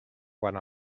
quant